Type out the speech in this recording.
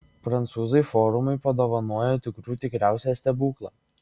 prancūzai forumui padovanojo tikrų tikriausią stebuklą